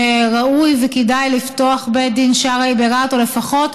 שראוי וכדאי לפתוח בית דין שרעי ברהט, או לפחות